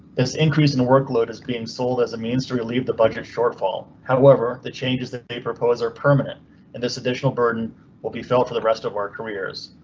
as increasing workload is being sold as it means to relieve the budget shortfall. however, the changes that they propose or permanent in this additional burden will be felt for the rest of our careers.